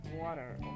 water